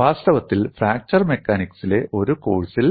വാസ്തവത്തിൽ ഫ്രാക്ചർ മെക്കാനിക്സിലെ ഒരു കോഴ്സിൽ